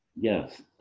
yes